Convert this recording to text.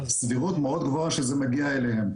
סבירות מאוד גבוהה שזה מגיע אליהם.